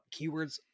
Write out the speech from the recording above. keywords